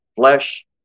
flesh